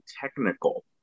technical